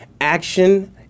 Action